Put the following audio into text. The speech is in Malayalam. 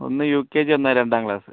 ഒന്ന് യു കെ ജി ഒന്ന് രണ്ടാം ക്ലാസ്സ്